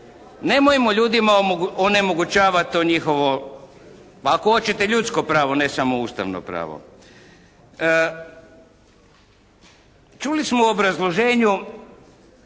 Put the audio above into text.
Nemojmo ljudima onemogućavati to njihovo pa ako hoćete ljudsko pravo, ne samo ustavno pravo. Čuli smo u obrazloženju